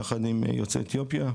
יחד עם יוצאי אתיופיה.